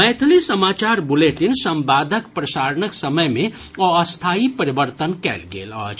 मैथिली समाचार बुलेटिन संवादक प्रसारणक समय मे अस्थायी परिवर्तन कयल गेल अछि